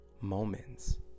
moments